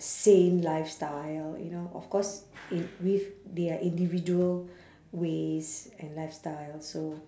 sane lifestyle you know of course in with their individual ways and lifestyle so